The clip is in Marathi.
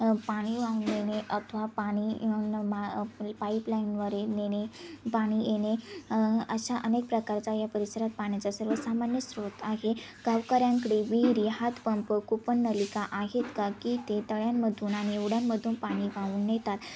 पाणी वाहून नेणे अथवा पाणी न मा पाईपलाईनवरे नेणे पाणी येणे अशा अनेक प्रकारचा या परिसरात पाण्याचा सर्वसामान्य स्रोत आहे गावकऱ्यांकडे विहिरी हातपंप कुपननलिका आहेत का की ते तळ्यांमधून आणि होड्यांमधून पाणी वाहून नेतात